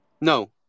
No